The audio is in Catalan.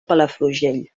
palafrugell